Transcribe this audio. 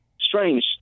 strange